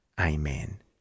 Amen